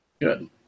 Good